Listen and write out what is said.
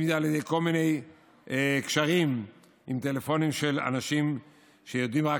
אם זה על ידי כל מיני קשרים עם טלפונים של אנשים שיודעים רק